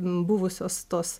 buvusios tos